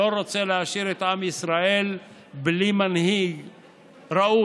לא רוצה להשאיר את עם ישראל בלי מנהיג ראוי.